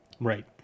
Right